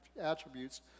attributes